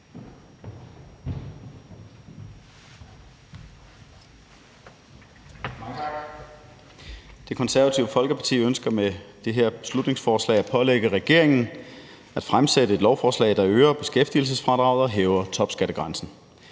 Det Konservative Folkeparti ønsker med det her beslutningsforslag at pålægge regeringen at fremsætte et lovforslag, der øger beskæftigelsesfradraget og hæver topskattegrænsen.